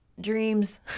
dreams